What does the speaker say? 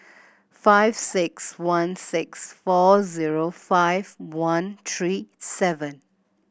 five six one six four zero five one three seven